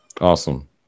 awesome